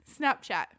snapchat